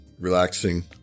Relaxing